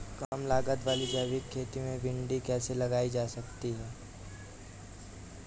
कम लागत वाली जैविक खेती में भिंडी कैसे लगाई जा सकती है?